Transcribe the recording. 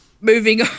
Moving